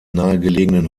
nahegelegenen